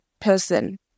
person